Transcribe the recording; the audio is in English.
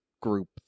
group